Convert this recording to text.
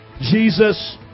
Jesus